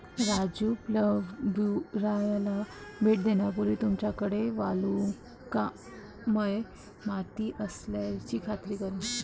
राजू प्लंबूखाराला भेट देण्यापूर्वी तुमच्याकडे वालुकामय माती असल्याची खात्री करा